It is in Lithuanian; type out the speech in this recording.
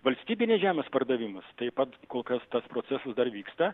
valstybinės žemės pardavimas taip pat kol kas tas procesas dar vyksta